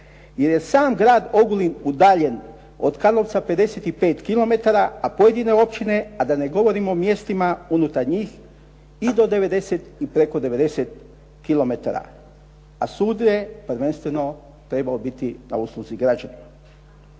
jer je sam grad Ogulin udaljen od Karlovca 55 km, a pojedine općine, a da ne govorim o mjestima unutar njih i do 90 i preko 90 km. A sud je prvenstveno trebao biti na usluzi građanima.